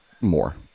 more